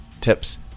Tips